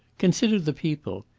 consider the people.